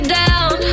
down